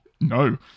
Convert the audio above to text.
No